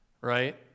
Right